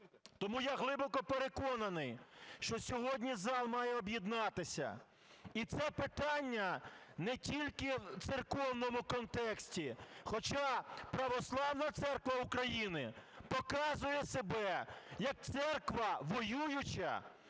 Тому я глибоко переконаний, що сьогодні зал має об'єднатися, і це питання не тільки в церковному контексті, хоча Православна церква України показує себе як церква воююча,